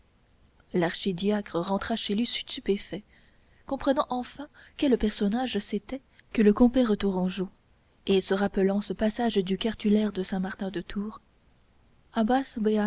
l'archidiacre rentra chez lui stupéfait comprenant enfin quel personnage c'était que le compère tourangeau et se rappelant ce passage du cartulaire de saint-martin